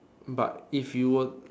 but if you were